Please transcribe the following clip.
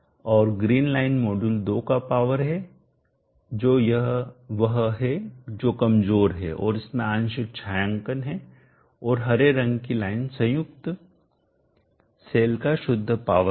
और green line module 2 का power है तो यह वह है जो कमजोर है और इसमें आंशिक छायांकन है और हरे रंग की लाइन संयुक्त सेल का शुद्ध पावर है